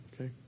Okay